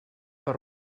per